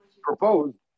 proposed